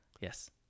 yes